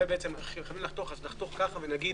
חייבים לחתוך, נחתוך ככה ונסביר